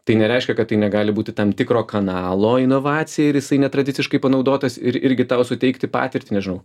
tai nereiškia kad tai negali būti tam tikro kanalo inovacija ir jisai netradiciškai panaudotas ir irgi tau suteikti patirtį nežinau